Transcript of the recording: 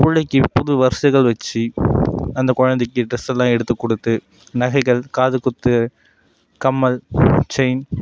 பிள்ளைக்கு புது வரிசைகள் வச்சு அந்த குழந்தைக்கு டிரஸ்ஸெல்லா எடுத்து கொடுத்து நகைகள் காது குத்து கம்மல் செயின்